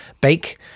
bake